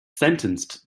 sentenced